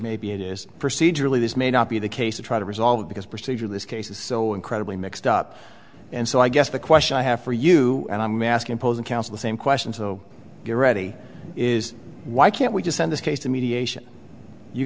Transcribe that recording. maybe it is procedurally this may not be the case to try to resolve because procedure in this case is so incredibly mixed up and so i guess the question i have for you and i'm asking opposing counsel the same question so you're ready is why can't we just send this case to mediation you